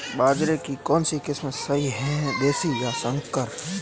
बाजरे की कौनसी किस्म सही हैं देशी या संकर?